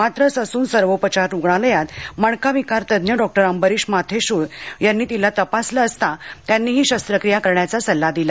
मात्र ससून सर्वोपचार रुग्णालयात मणकाविकार तज्ज्ञ डॉक्टर अंबरीश माथेशूळ यांनी तिला तपासले असता त्यांनीही शस्त्रक्रिया करण्याचा सल्ला दिला